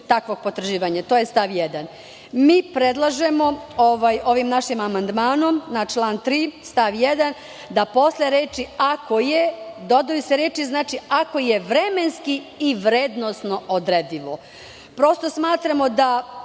takvog potraživanja. To je stav 1.Mi predlažemo ovim našim amandmanom na član 3. stav 1. da se posle reči: "ako je", dodaju reči: "vremenski i vrednosno odredivo". Prosto, smatramo da